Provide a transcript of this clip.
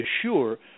assure